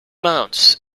mounts